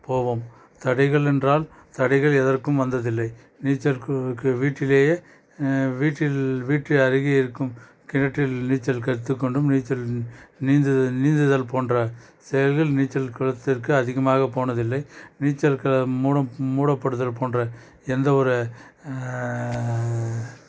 போவோம் தடைகள் என்றால் தடைகள் எதற்கும் வந்ததில்லை நீச்சல் கு வீட்டிலேயே வீட்டில் வீட்டில் அருகே இருக்கும் கிணற்றில் நீச்சல் கற்றுக்கொண்டும் நீச்சல் நீந்து நீந்துதல் போன்ற செயல்கள் நீச்சல் குளத்திற்கு அதிகமாக போனதில்லை நீச்சல் குளம் மூட மூடப்படுதல் போன்ற எந்த ஒரு